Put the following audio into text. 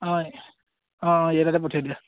অঁ অঁ ইয়াৰ তাতে পঠিয়াই দিয়া